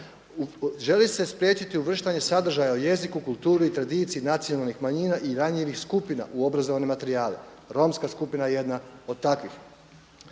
Želi se spriječiti uvrštanje sadržaja o jeziku, kulturi i tradiciji nacionalnih manjina i ranjivih skupina u obrazovne materijale. Romska skupina je jedna od takvih.